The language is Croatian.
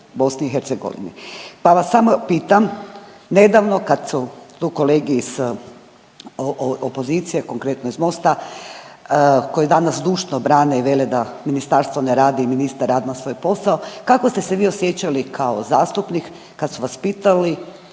Pa vas samo pitam, nedavno kad su tu kolege iz opozicije, konkretno iz MOST-a koji danas zdušno brane i vele da ministarstvo ne radi i ministar Radman svoj posao, kako ste se vi osjećali kao zastupnik kad su vas pitali,